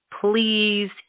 Please